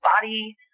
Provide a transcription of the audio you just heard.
body